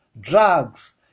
drugs